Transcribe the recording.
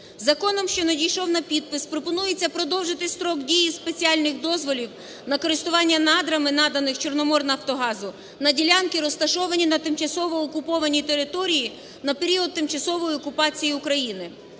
Законом, що надійшов на підпис, пропонується продовжити строк дії спеціальних дозволів на користування надрами, наданих "Чорноморнафтогазу" на ділянці, розташованій на тимчасово окупованій території, на період тимчасової окупації України.